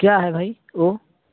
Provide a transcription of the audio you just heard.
کیا ہے بھائی وہ